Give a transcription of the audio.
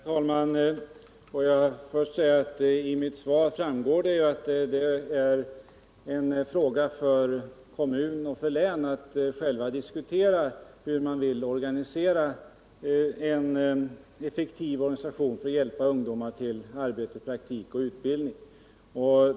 Herr talman! Jag vill först säga att det av mitt svar framgår att det är en fråga både för kommun och för län att diskutera hur man skall organisera en effektiv organisation för att hjälpa ungdomar till arbete, praktik och utbildning.